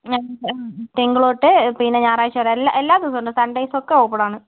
തിങ്കള് തൊട്ട് പിന്നെ ഞായറാഴ്ച വരെ എല്ല എല്ലാ ദിവസവുമുണ്ട് സണ്ഡേസ് ഒക്കെ ഓപ്പൺ ആണ്